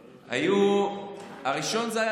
הראשון היה פנחס לבון,